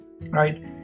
right